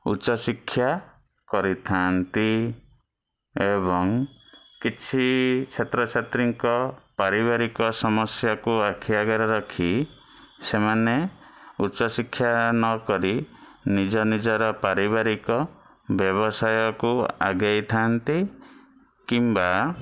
ଉଚ୍ଚଶିକ୍ଷା କରିଥାନ୍ତି ଏବଂ କିଛି ଛାତ୍ରଛାତ୍ରୀଙ୍କ ପାରିବାରିକ ସମସ୍ୟାକୁ ଆଖି ଆଗରେ ରଖି ସେମାନେ ଉଚ୍ଚଶିକ୍ଷା ନକରି ନିଜନିଜର ପାରିବାରିକ ବ୍ୟବସାୟକୁ ଆଗେଇଥାନ୍ତି କିମ୍ବା